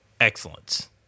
excellence